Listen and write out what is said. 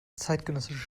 zeitgenössische